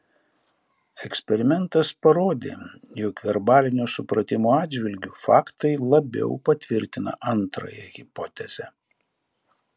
eksperimentas parodė jog verbalinio supratimo atžvilgiu faktai labiau patvirtina antrąją hipotezę